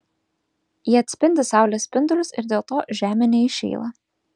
jie atspindi saulės spindulius ir dėl to žemė neįšyla